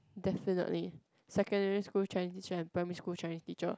definitely secondary school Chinese teacher and primary school Chinese teacher